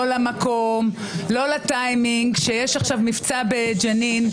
לא למקום ולא לטיימינג כשיש עכשיו מבצע בג'נין.